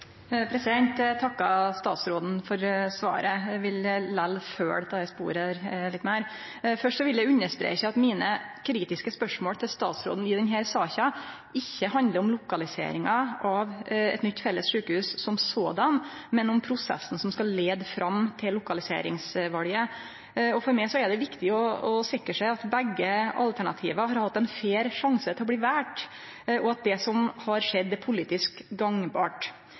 Eg takkar statsråden for svaret. Eg vil likevel følgje dette sporet litt meir. Først vil eg understreke at mine kritiske spørsmål til statsråden i denne saka ikkje handlar om lokaliseringa av eit nytt felles sjukehus i seg sjølv, men om prosessen som skal leie fram til lokaliseringsvalet. For meg er det viktig å sikre seg at begge alternativa har hatt ein fair sjanse til å bli valde, og at det som har skjedd, er politisk gangbart.